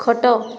ଖଟ